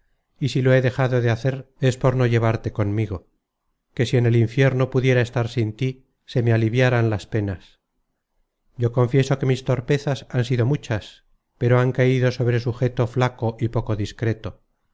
y si lo he dejado de hacer es por no llevarte conmigo que si en el infierno pudiera estar sin tí se me aliviaran las penas yo confieso que mis torpezas han sido muchas pero han caido sobre sujeto flaco y poco discreto